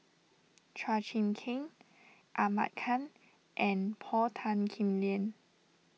Chua Chim Kang Ahmad Khan and Paul Tan Kim Liang